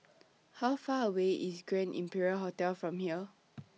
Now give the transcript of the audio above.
How Far away IS Grand Imperial Hotel from here